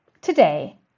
Today